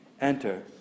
enter